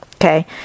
Okay